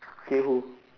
say who